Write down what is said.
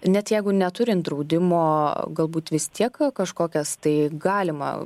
net jeigu neturint draudimo galbūt vis tiek ka kažkokias tai galima